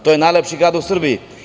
To je najlepši grad u Srbiji.